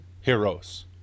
heroes